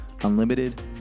unlimited